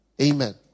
Amen